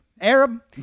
arab